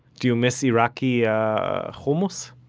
do you miss iraqi yeah hummus?